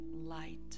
light